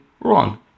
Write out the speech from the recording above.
wrong